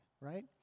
right